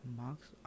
marks